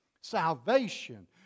salvation